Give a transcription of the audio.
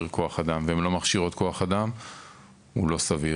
כוח אדם והן לא מכשירות כוח אדם הוא לא סביר.